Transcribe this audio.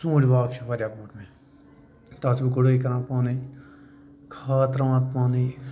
ژوٗنٛٹھۍ باغ چھُ واریاہ بوٚڈ تَتھ چھُس بہٕ گُڈٲے کران پانَے کھاد ترٛاوان پانَے